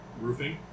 roofing